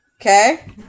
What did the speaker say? okay